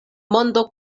mondo